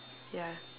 ya